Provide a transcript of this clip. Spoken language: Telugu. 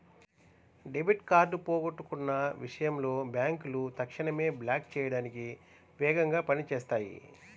డెబిట్ కార్డ్ పోగొట్టుకున్న విషయంలో బ్యేంకులు తక్షణమే బ్లాక్ చేయడానికి వేగంగా పని చేత్తాయి